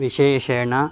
विशेषेण